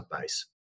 base